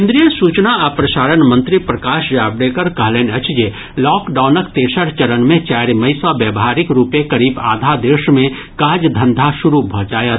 केन्द्रीय सूचना आ प्रसारण मंत्री प्रकाश जावड़ेकर कहलनि अछि जे लॉकडाउनक तेसर चरण मे चारि मई सँ व्यावहारिक रूपें करीब आधा देश मे काज धंधा शुरू भऽ जायत